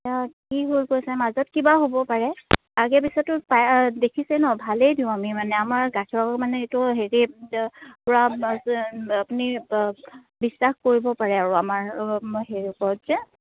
এতিয়া কি হৈ গৈছে মাজত কিবা হ'ব পাৰে আগে পিছতো দেখিছে ন ভালেই দিওঁ আমি মানে আমাৰ গাখীৰৰ মানে এইটো হেৰি পুৰা আপুনি বিশ্বাস কৰিব পাৰে আৰু আমাৰ হেৰি ওপৰত যে